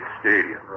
stadium